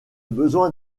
besoin